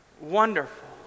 wonderful